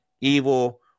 evil